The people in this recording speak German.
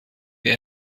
wir